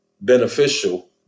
beneficial